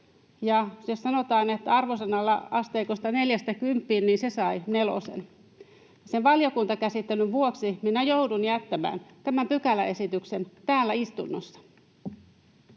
jos sanotaan arvosana-asteikolla neljästä kymppiin, se sai nelosen. Sen valiokuntakäsittelyn vuoksi minä joudun jättämään tämän pykäläesityksen täällä istunnossa.